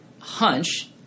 hunch